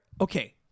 okay